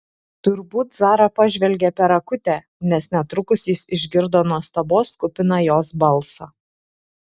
turbūt zara pažvelgė per akutę nes netrukus jis išgirdo nuostabos kupiną jos balsą